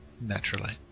Naturally